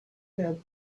head